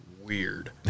weird